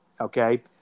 Okay